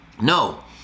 No